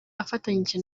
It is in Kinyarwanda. afatanyije